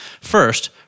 First